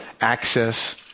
access